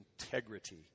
integrity